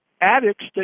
addicts